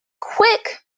quick